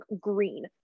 green